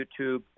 YouTube